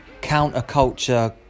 counterculture